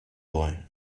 boy